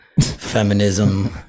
feminism